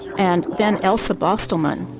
and then else bostelmann,